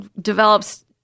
develops